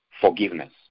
Forgiveness